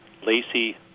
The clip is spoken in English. lacy